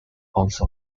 also